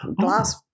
glass